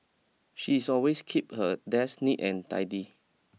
she is always keep her desk neat and tidy